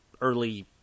early